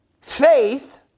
faith